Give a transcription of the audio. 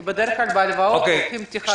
כי בדרך כלל בהלוואות לוקחים על פתיחת תיק.